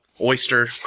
oyster